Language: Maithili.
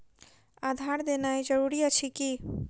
आधार देनाय जरूरी अछि की?